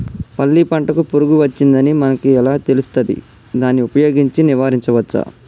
పల్లి పంటకు పురుగు వచ్చిందని మనకు ఎలా తెలుస్తది దాన్ని ఉపయోగించి నివారించవచ్చా?